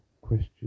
question